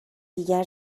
دیگر